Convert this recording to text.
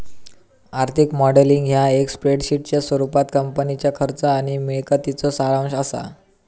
आर्थिक मॉडेलिंग ह्या एक स्प्रेडशीटच्या स्वरूपात कंपनीच्या खर्च आणि मिळकतीचो सारांश असा